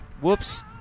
Whoops